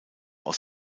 aus